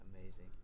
Amazing